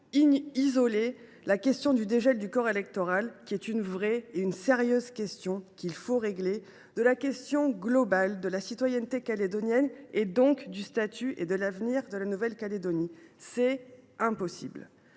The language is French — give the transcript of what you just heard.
à isoler le sujet du dégel du corps électoral, qui est une vraie et une sérieuse question qu’il convient de régler, de la question globale de la citoyenneté calédonienne, donc du statut et de l’avenir global de la Nouvelle Calédonie. C’est impossible